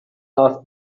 last